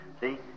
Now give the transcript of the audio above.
See